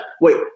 Wait